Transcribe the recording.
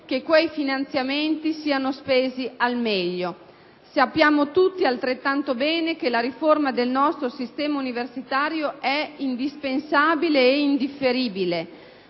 che quei finanziamenti siano spesi al meglio. Sappiamo tutti altrettanto bene che la riforma del nostro sistema universitario è indispensabile e indifferibile.